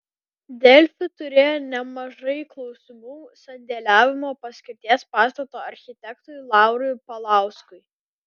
delfi turėjo nemažai klausimų sandėliavimo paskirties pastato architektui laurui paulauskui